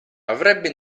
avrebbe